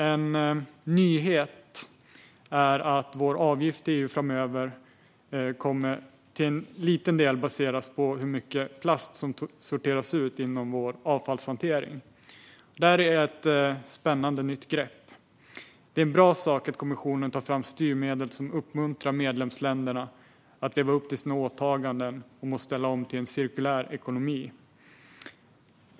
En nyhet är att vår avgift till EU framöver till en liten del kommer att baseras på hur mycket plast som sorteras ut inom vår avfallshantering. Det är ett spännande nytt grepp. Det är en bra sak att kommissionen tar fram styrmedel som uppmuntrar medlemsländerna att leva upp till sina åtaganden att ställa om till en cirkulär ekonomi.